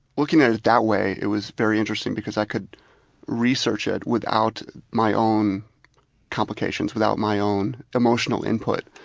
looking at it that way, it was very interesting, because i could research it without my own complications, without my own emotional input.